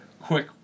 quick